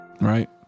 Right